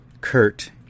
Kurt